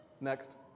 next